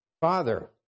Father